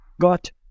got